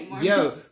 Yo